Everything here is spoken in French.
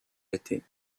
étaient